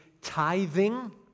tithing